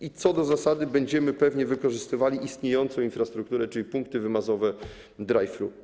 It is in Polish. I co do zasady będziemy pewnie wykorzystywali istniejącą infrastrukturę, czyli punkty wymazowe drive-thru.